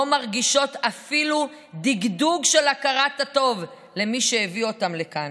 מרגישות אפילו דגדוג של הכרת הטוב למי שהביא אותן לכאן.